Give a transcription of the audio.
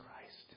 Christ